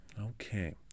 Okay